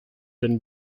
been